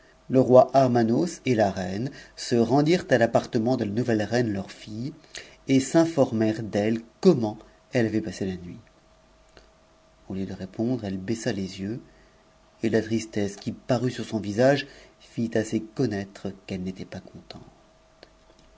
le roi armanos et la reine se rendit à l'appartement de la nouvelle reine leur fille et s'informèrent d'e comment elle avait passé la nuit au lieu de répondre elle baissa my et la tristesse qui parut sur son visage fit assez connaître qu'elle n'e'f pas contente